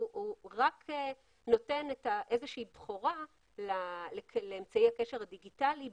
הוא רק נותן איזושהי בכורה לאמצעי הקשר הדיגיטלי.